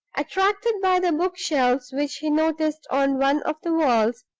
attracted by the book-shelves which he noticed on one of the walls,